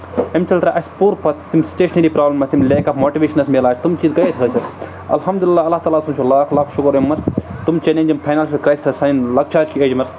أمۍ چٔلرٲو اَسہِ پوٗرٕ پَتہٕ یِم سِٹیشنٔری پرٛابلِمَس یِم لیک آف ماٹِویشنَس میلان چھِ تم چیٖز گٔیَس حٲصِل اَلحَمدُللہ اللہ تعالیٰ سُنٛد چھُ لاکھ لاکھ شُکُر أمۍ منٛز تٕم چَلینٛجِنٛگ فاینالشَل کرٛایسَس سانہِ لۄکچارکہِ ایجمَس منٛز